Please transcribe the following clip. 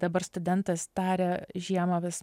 dabar studentas darė žiemą vis